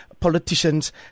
Politicians